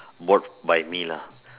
work by me lah